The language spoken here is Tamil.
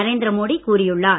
நரேந்திரமோடி கூறியுள்ளார்